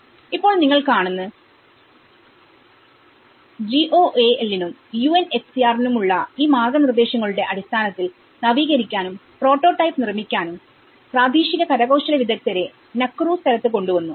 ഇപ്പോൾ നിങ്ങൾ കാണുന്നത് GOAL നും UNHCR നുമുള്ള ഈ മാർഗനിർദ്ദേശങ്ങളുടെ അടിസ്ഥാനത്തിൽ നവീകരിക്കാനുംപ്രോട്ടോടൈപ്പ് നിർമ്മിക്കാനും പ്രാദേശിക കരകൌശല വിദഗ്ദ്ധരെ നക്കുറു സ്ഥലത്ത് കൊണ്ട് വന്നു